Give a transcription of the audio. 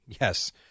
Yes